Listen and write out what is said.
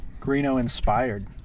Greeno-inspired